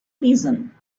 reason